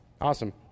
Awesome